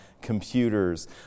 computers